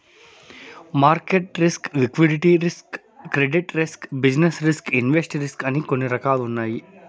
market risk liquidity risk credit risk business risk invest risk అని కొన్ని రకాలున్నాయి